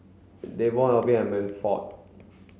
Davon Alwin and Manford